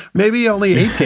maybe only.